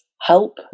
help